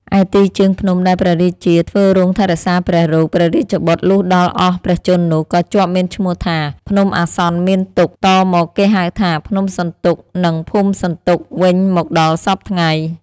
ឯទីជើងភ្នំដែលព្រះរាជាធ្វើរោងថែរក្សាព្រះរោគព្រះរាជបុត្រលុះដល់អស់ព្រះជន្មនោះ ក៏ជាប់មានឈ្មោះថា ភ្នំអាសន្នមានទុក្ខ តមកគេហៅថា ភ្នំសន្ទុក និង ភូមិសន្ទុក វិញមកដល់សព្វថ្ងៃ ។